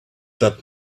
that